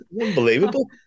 Unbelievable